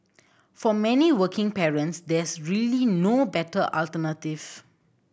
for many working parents there's really no better alternative